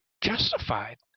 justified